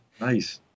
Nice